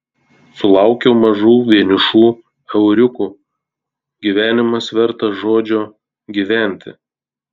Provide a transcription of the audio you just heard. sulaukiau mažų vienišų euriukų gyvenimas vertas žodžio gyventi